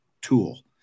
tool